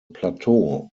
plateau